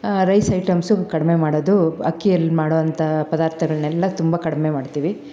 rice items ಕಡಿಮೆ ಮಾಡೋದು ಅಕ್ಕಿಯಲ್ಲಿ ಮಾಡುವಂಥ ಪದಾರ್ಥಗಳನ್ನೆಲ್ಲ ತುಂಬ ಕಡಿಮೆ ಮಾಡ್ತೀವಿ